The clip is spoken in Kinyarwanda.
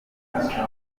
ibimenyetso